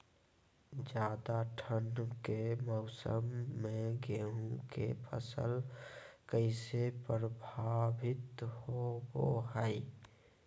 ज्यादा ठंड के मौसम में गेहूं के फसल कैसे प्रभावित होबो हय?